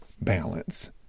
balance